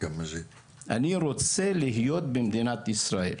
אני רוצה להיות במדינת ישראל.